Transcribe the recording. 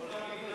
יש זכות למדינה